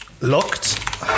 locked